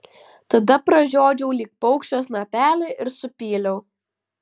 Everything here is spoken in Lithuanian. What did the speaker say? tada pražiodžiau lyg paukščio snapelį ir supyliau